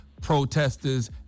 protesters